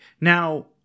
Now